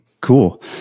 cool